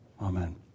Amen